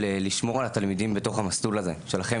לשמור על התלמידים בתוך המסלול הזה של החמ"ד,